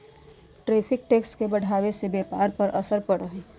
tariff tax के बढ़ावे से व्यापार पर का असर पड़ा हई